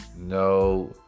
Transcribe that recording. no